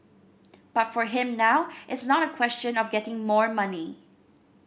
but for him now it's not a question of getting more money